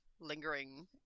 lingering